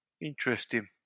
Interesting